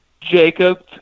Jacob